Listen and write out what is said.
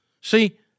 See